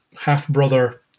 half-brother